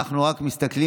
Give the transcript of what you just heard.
אנחנו כאן,